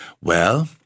Well